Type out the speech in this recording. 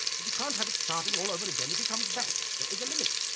but we can't have it starting all over again if he comes back there is a limit.